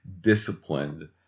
disciplined